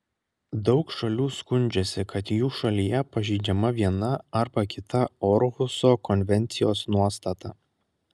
daug šalių skundžiasi kad jų šalyje pažeidžiama viena arba kita orhuso konvencijos nuostata